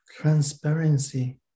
transparency